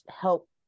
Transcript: help